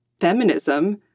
feminism